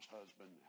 husband